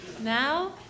Now